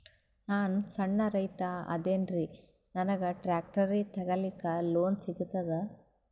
ನಾನ್ ಸಣ್ ರೈತ ಅದೇನೀರಿ ನನಗ ಟ್ಟ್ರ್ಯಾಕ್ಟರಿ ತಗಲಿಕ ಲೋನ್ ಸಿಗತದ?